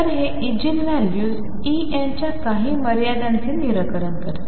तर हे eigen values E n च्या काही मर्यादांचे निराकरण करते